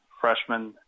freshman